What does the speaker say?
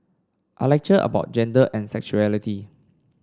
I lecture about gender and sexuality